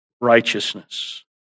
righteousness